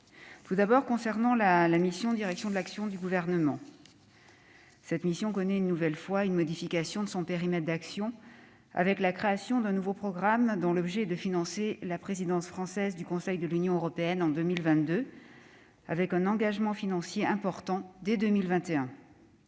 Tout d'abord, la mission « Direction de l'action du Gouvernement » connaît une nouvelle fois une modification de son périmètre d'action, avec la création d'un nouveau programme dont l'objet est de financer la présidence française du Conseil de l'Union européenne en 2022, avec un engagement financier important dès 2021.